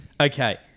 Okay